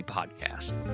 Podcast